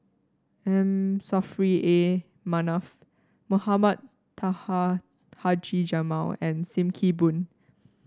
M Saffri A Manaf Mohamed Taha Haji Jamil and Sim Kee Boon